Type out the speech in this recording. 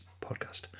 podcast